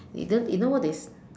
and then you know what they